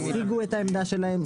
הציגו את העמדה שלהם,